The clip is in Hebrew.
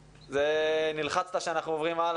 זה אומר שהנזק שגופי התרבות ספגו,